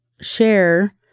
share